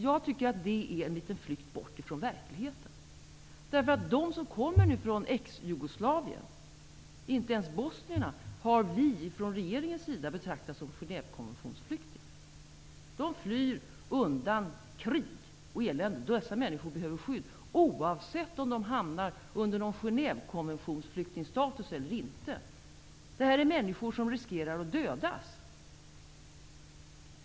Jag tycker att det är något av en flykt bort ifrån verkligheten. De människor som kommer från Exjugoslavien har vi från regeringens sida inte betraktat som flyktingar enligt Genèvekonventionen -- det gäller även bosnierna. Dessa människor flyr undan krig och elände, och de behöver skydd, oavsett om de har status som Genèvekonventionsflyktingar eller inte. Det gäller människor som riskerar att dödas.